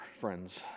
friends